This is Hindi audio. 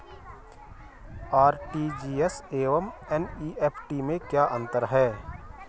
आर.टी.जी.एस एवं एन.ई.एफ.टी में क्या अंतर है?